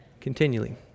continually